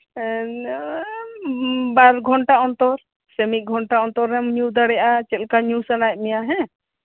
ᱮ ᱟᱨ ᱚᱱᱟ ᱵᱟᱨ ᱜᱷᱚᱱᱴᱟ ᱚᱱᱛᱚᱨ ᱥᱮ ᱢᱤᱫ ᱜᱷᱚᱱᱴᱟ ᱚᱱᱛᱚᱨᱮᱢ ᱧᱩ ᱫᱟᱲᱮᱭᱟᱜᱼᱟ ᱪᱮᱫ ᱞᱮᱠᱟ ᱧᱩ ᱥᱟᱱᱟᱭᱮᱜ ᱢᱮᱭᱟ ᱦᱮᱸ